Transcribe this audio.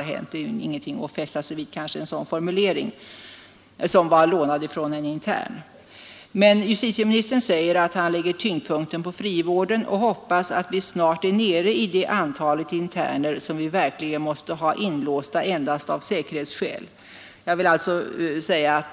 Kanske är det inte något att fästa sig vid, om man använder en formulering som var lånad från en intern. Justitieministern säger emellertid i referatet att han lägger tyngdpunkten på frivården. Han säger att han hoppas att det antal interner, som man måste hålla inlåsta endast av säkerhetsskäl, snart skall kunna minskas. Jag